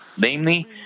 Namely